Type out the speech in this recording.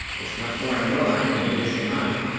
it's much more in your line than it is in mine!